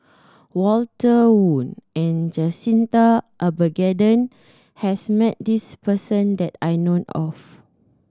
Walter Woon and Jacintha Abisheganaden has met this person that I know of